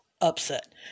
upset